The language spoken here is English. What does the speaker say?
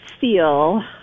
feel